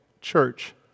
Church